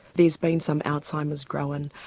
there's been some alzheimer's grown,